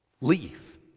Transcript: leave